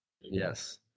Yes